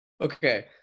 Okay